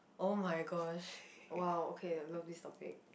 oh-my-gosh !wow! okay I love this topic